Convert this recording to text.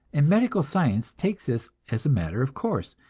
and medical science takes this as a matter of course.